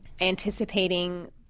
anticipating